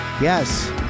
Yes